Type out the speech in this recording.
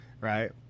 Right